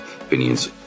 opinions